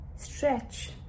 Stretch